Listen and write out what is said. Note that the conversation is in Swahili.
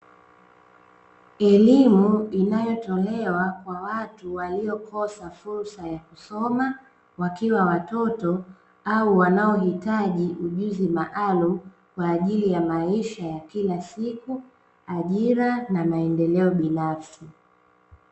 Elimu inayotolewa kwa watu waliokosa fursa ya kusoma wakiwa watoto, au wanaohitaji ujuzi maalumu kwa ajili ya maisha ya kila siku, ajira na maendeleo binafsi.